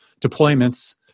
deployments